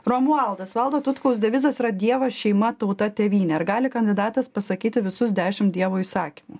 romualdas valdo tutkaus devizas yra dievas šeima tauta tėvynė ar gali kandidatas pasakyti visus dešim dievo įsakymų